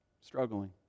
struggling